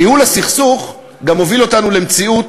ניהול הסכסוך גם הוביל אותנו למציאות